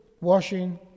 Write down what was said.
washing